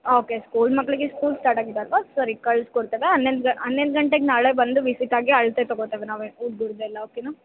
okay school ಮಕ್ಕಳಿಗೆ school start ಆಗಿದೆ ಅಲ್ವಾ ಸರಿ ಕಳಿಸ್ಕೊಡ್ತೇವೆ ಹನ್ನೊಂದು ಹನ್ನೊಂದು ಗಂಟೆಗೆ ನಾಳೆ ಬಂದು ವಿಸಿಟ್ ಆಗಿ ಅಳತೆ ತಗೋತೇವೆ ನಾವೇ ಹುಡ್ಗುರ್ದೆಲ್ಲ ಓಕೆನ